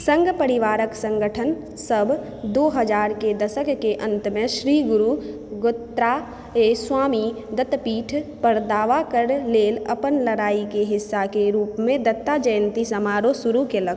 सङ्घ परिवारक सङ्गठन सब दू हजारके दशकके अन्तमे श्री गुरु दत्तात्रेय स्वामी दत्तपीठपर दावा करय लेल अपन लड़ाइके हिस्साके रूपमे दत्ता जयन्ती समारोह शुरू कयलक